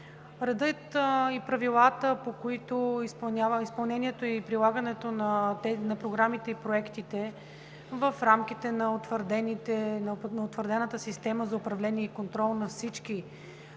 Редът и правилата, по които става изпълнението и прилагането на програмите и проектите в рамките на утвърдената система за управление и контрол на всички